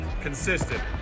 Consistent